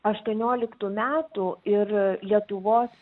aštuonioliktų metų ir lietuvos